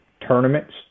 tournaments